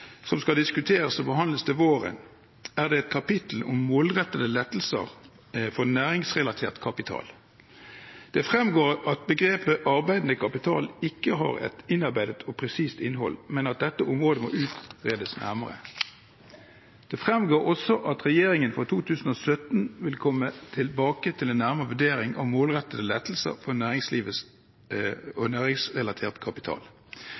som skal diskuteres og behandles til våren, er det et kapittel om målrettede lettelser for næringsrelatert kapital. Det fremgår at begrepet «arbeidende kapital» ikke har et innarbeidet og presist innhold, men at dette området må utredes nærmere. Det fremgår også at regjeringen i budsjettet for 2017 vil komme tilbake til en nærmere vurdering av målrettede lettelser for næringsrelatert kapital.